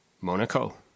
Monaco